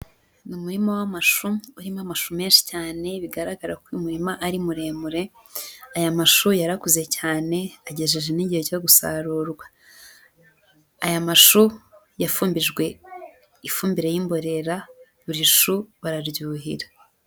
Ni umurima w'amashu, urimo amashu menshi cyane bigaragara ko uyu murima ari muremure, aya mashu yarakuze cyane agejeje n'igihe cyo gusarurwa. Aya mashu yafumbijwe ifumbire y'imborera buri shu bararyuhira.